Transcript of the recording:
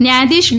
ન્યાયાધીશ ડી